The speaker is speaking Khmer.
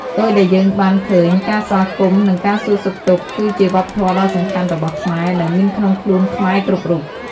ដូចដែលយើងបានឃើញ ការស្វាគមន៍ និងការសួរសុខទុក្ខ គឺជាវប្បធម៌ដ៏សំខាន់របស់ខ្មែរ ដែលមានក្នុងខ្លួនខ្មែរគ្រប់រូប។